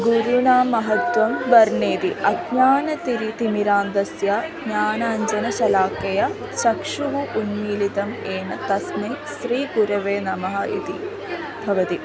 गुरूणां महत्त्वं वर्ण्यते अज्ञानतिमिः तिमिरान्धस्य ज्ञानाञ्जनशलाखया चक्षुः उन्मीलितं येन तस्मै श्रीगुरवे नमः इति भवति